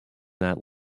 that